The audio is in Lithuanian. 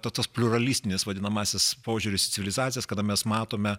ta tas pliuralistinis vadinamasis požiūris į civilizacijas kada mes matome